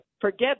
forget